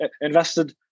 invested